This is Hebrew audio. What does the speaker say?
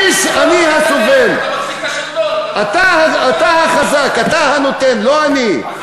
אני הסובל החזק, אתה הנותן, לא אני.